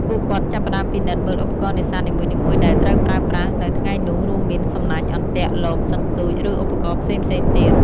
ពួកគាត់ចាប់ផ្តើមពិនិត្យមើលឧបករណ៍នេសាទនីមួយៗដែលត្រូវប្រើប្រាស់នៅថ្ងៃនោះ រួមមាន សំណាញ់ អន្ទាក់ លប សន្ទូច ឬឧបករណ៍ផ្សេងៗទៀត។